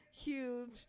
huge